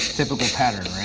typical pattern,